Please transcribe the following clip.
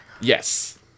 Yes